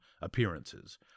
appearances